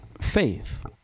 faith